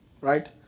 right